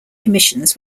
commissions